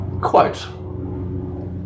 quote